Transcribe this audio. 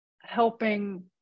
helping